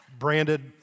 Branded